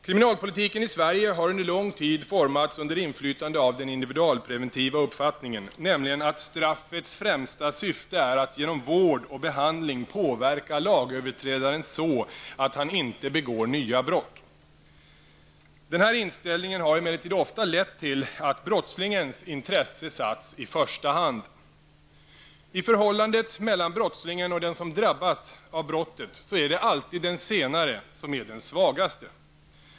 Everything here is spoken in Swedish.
Kriminalpolitiken i Sverige har under lång tid formats under inflytande av den individualpreventiva uppfattningen, nämligen att straffets främsta syfte är att genom vård och behandling påverka lagöverträdaren så, att han inte begår nya brott. Denna inställning har emellertid ofta lett till att brottslingens intresse satts i första hand. I förhållandet mellan brottslingen och den som drabbas av brottet är det alltid den senare som är den svagaste.